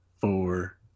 four